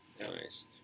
Nice